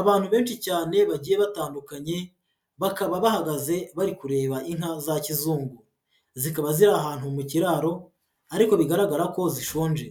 Abantu benshi cyane bagiye batandukanye, bakaba bahagaze bari kureba inka za kizungu. Zikaba ziri ahantu mu kiraro, ariko bigaragara ko zishonje.